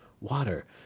water